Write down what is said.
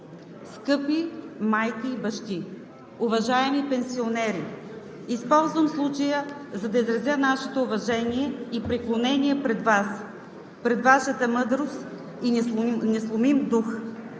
Скъпи майки и бащи, уважаеми пенсионери! Използвам случая, за да изразя нашето уважение и преклонение пред Вас, пред Вашата мъдрост и несломим дух.